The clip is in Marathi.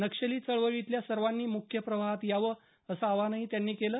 नक्षली चळवळीतल्या सर्वांनी मुख्य प्रवाहात यावं असं आवाहनही त्यांनी केलं